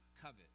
covet